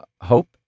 hope